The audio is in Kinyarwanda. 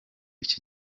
iki